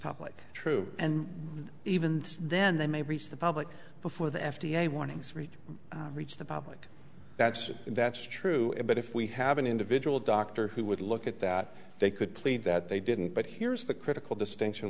public truth and even then they may reach the public before the f d a warnings read reach the public that's it and that's true but if we have an individual doctor who would look at that they could plead that they didn't but here's the critical distinction